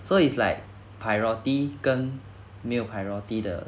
so it's like priority 跟没有 priority 的